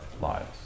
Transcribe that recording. lives